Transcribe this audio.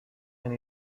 and